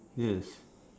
yes